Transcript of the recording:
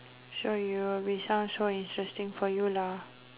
so it will be sound so interesting for you lah